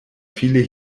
viele